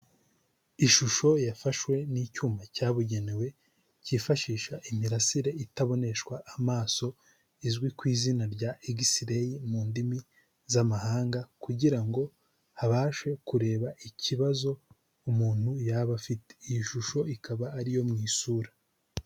Ishusho yafashwe n'icyuma cyabugenewe kifashisha imirasire itaboneshwa amaso izwi ku izina rya exray mu zindi ndimi z'amahanga, kugira ngo abashe kureba ikibazo umuntu yaba afite. Iyi shusho ikaba ari iyo mu isura.